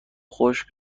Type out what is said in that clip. خشک